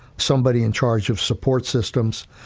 somebody in charge of support systems.